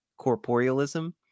corporealism